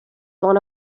one